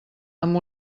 amb